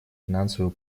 финансовую